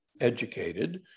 educated